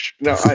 no